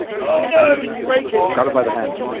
oh! oh no! it's breaking! kind of by the hand.